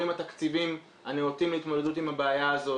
התקציבים הנאותים להתמודדות עם הבעיה הזאת?